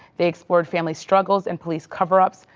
they explored family struggles and police cover ups,